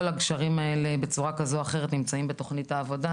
כל הגשרים האלה בצורה כזו או אחרת נמצאים בתוכנית העבודה,